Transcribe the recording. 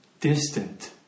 distant